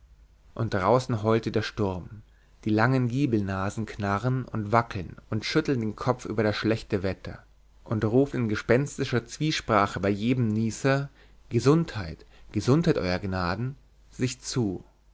und draußen heult der sturm die langen giebelnasen knarren und wackeln und schütteln den kopf über das schlechte wetter und rufen in gespenstischer zwiesprache bei jedem nieser gesundheit gesundheit euer gnaden sich zu